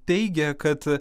teigia kad